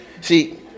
See